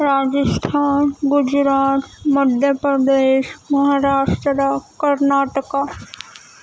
Rajasthan Gujarat Madhya Pradesh Maharashtra Karnataka